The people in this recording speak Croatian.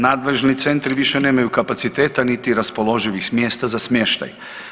Nadležni centri više nemaju kapaciteta niti raspoloživih mjesta za smještaj.